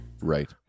Right